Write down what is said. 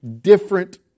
different